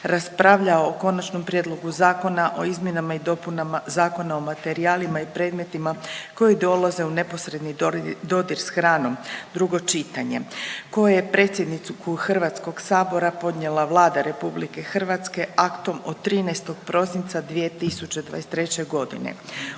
raspravljao o Konačnom prijedlogu zakona o izmjenama i dopunama Zakona materijalima i predmetima koji dolaze u neposredan dodir s hranom, drugo čitanje, koje je predsjednicu HS-a podnijela Vlada RH aktom od 13. prosinca 2023. g.